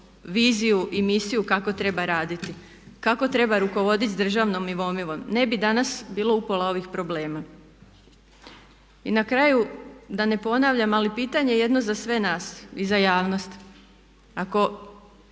viziju i misiju kako treba raditi, kako treba rukovoditi s državnom imovinom. Ne bi danas bilo upola ovih problema. I na kraju da ne ponavljam ali pitanje jedno za sve nas i za javnost, ako